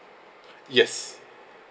yes